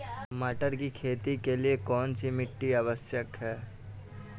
मटर की खेती के लिए कौन सी मिट्टी आवश्यक है?